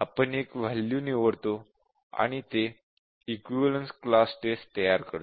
आपण एक वॅल्यू निवडतो आणि ते इक्विवलेन्स क्लास टेस्ट तयार करते